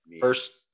First